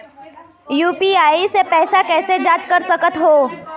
UPI से पैसा कैसे जाँच कर सकत हो?